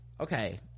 Okay